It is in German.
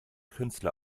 künstler